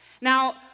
Now